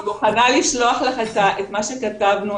אני מוכנה לשלוח לך את מה שכתבנו.